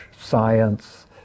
science